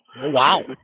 Wow